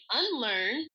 unlearn